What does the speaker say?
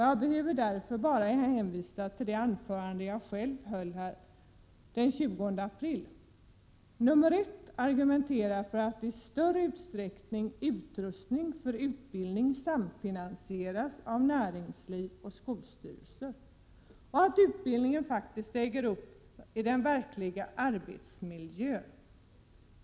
Jag behöver därför bara hänvisa till det anförande jag själv höll den 20 april då jag argumenterade för att utrustning för utbildning i större utsträckning borde samfinansieras av näringsliv och skolstyrelser och att utbildningen bör äga rum i den verkliga arbetsmiljön.